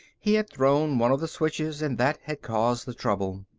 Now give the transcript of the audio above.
he had thrown one of the switches and that had caused the trouble.